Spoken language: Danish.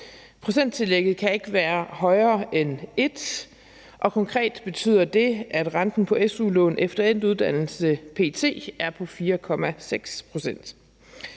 Procenttillægget kan ikke være højere end 1, og konkret betyder det, at renten på su-lån efter endt uddannelse p.t. er på 4,6